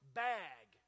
bag